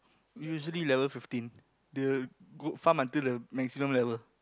usually level fifteen they will go farm until lev~ maximum level